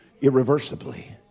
irreversibly